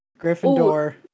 Gryffindor